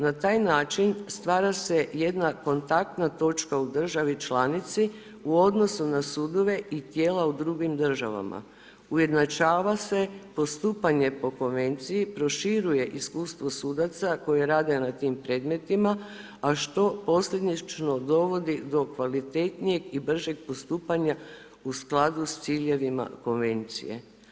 Na taj način stvara se jedna kontaktna točka u državi članici u odnosu na sudove i tijela u drugim državama, ujednačava se postupanje u konkurenciji, proširuje iskustvo sudaca koje rade na tim predmetima, a što posljedično dovodi do kvalitetnijeg i bržeg postupanja u skladu s ciljevima konvencije.